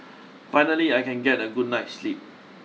finally I can get a good night's sleep